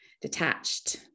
detached